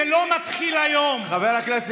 תצביעו נגד.